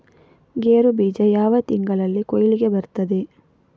ಗೇರು ಬೀಜ ಯಾವ ತಿಂಗಳಲ್ಲಿ ಕೊಯ್ಲಿಗೆ ಬರ್ತದೆ?